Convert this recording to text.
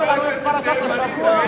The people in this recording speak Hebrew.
חברי הכנסת.